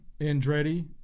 Andretti